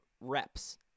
reps